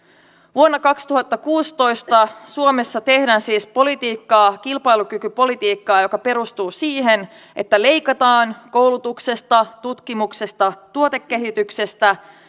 vuonna kaksituhattakuusitoista suomessa tehdään siis politiikkaa kilpailukykypolitiikkaa joka perustuu siihen että leikataan koulutuksesta tutkimuksesta tuotekehityksestä